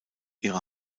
ihre